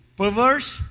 perverse